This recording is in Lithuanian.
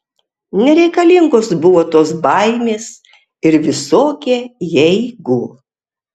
nereikalingos buvo tos baimės ir visokie jeigu